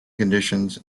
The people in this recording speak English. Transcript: conditions